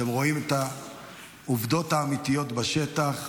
אתם רואים את העובדות האמיתיות בשטח,